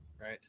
Right